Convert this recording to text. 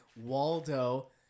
Waldo